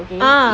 ah